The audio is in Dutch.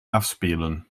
afspelen